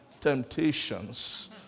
temptations